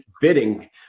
bidding